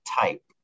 type